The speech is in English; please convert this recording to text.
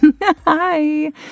Hi